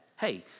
Hey